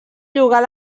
llogar